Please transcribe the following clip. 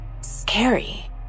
scary